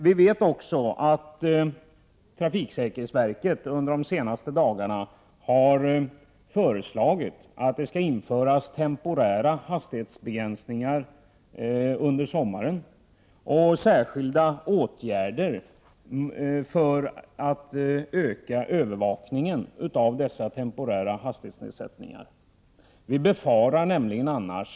Vidare har trafiksäkerhetsverket nu i dagarna föreslagit att det skall införas temporära hastighetsbegränsningar under sommaren och att särskilda åtgärder skall vidtas för att man bättre skall kunna övervaka att dessa temporära hastighetsnedsättningar respekteras. Annars kan man befara kraftigt höjda Prot.